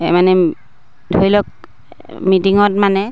মানে ধৰি লওক মিটিঙত মানে